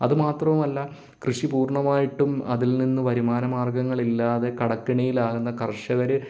അതുമാത്രവുമല്ല കൃഷി പൂർണ്ണമായിട്ടും അതിൽ നിന്ന് വരുമാനമാർഗങ്ങളില്ലാതെ കടക്കെണിയിൽ ആകുന്ന കർഷകരെ